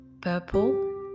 purple